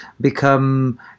become